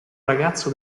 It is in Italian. ragazzo